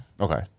Okay